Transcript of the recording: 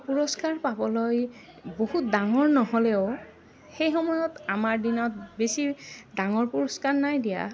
পুৰস্কাৰ পাবলৈ বহুত ডাঙৰ নহ'লেও সেই সময়ত আমাৰ দিনত বেছি ডাঙৰ পুৰস্কাৰ নাই দিয়া